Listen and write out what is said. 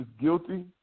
guilty